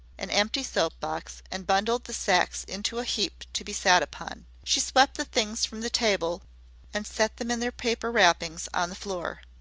an empty soap-box, and bundled the sacks into a heap to be sat upon. she swept the things from the table and set them in their paper wrappings on the floor.